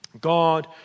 God